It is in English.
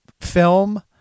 film